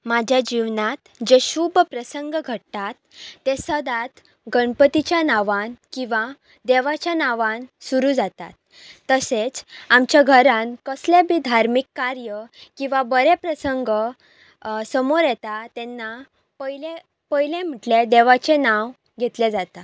म्हज्या जिवनांत जे शूभ प्रसंग घडटात ते सदांच गणपतीच्या नांवांन किंवां देवाच्या नांंवांन सुरू जातात तशेंच आमच्या घरान कसलेंय बी धार्मीक कार्य किंवां बरे प्रसंग समोर येता तेन्ना पयले पयलें म्हटल्यार देवाचें नांव घेतलें जाता